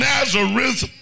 Nazareth